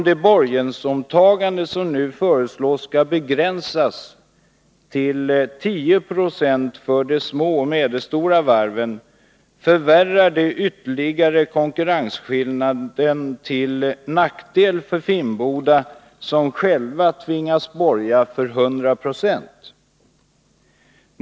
Det borgensåtagande som nu föreslås bli begränsat till 10 26 för de små och medelstora varven förvärrar ytterligare konkurrensskillnaden till nackdel för Finnboda Varf som självt tvingats borga för 100 96.